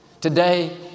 today